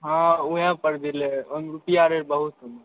हँ ओएह पर गिरलै ओहिमे रुपैआ रहै बहुत ओहिमे